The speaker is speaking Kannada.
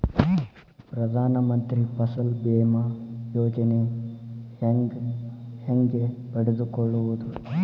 ಪ್ರಧಾನ ಮಂತ್ರಿ ಫಸಲ್ ಭೇಮಾ ಯೋಜನೆ ಹೆಂಗೆ ಪಡೆದುಕೊಳ್ಳುವುದು?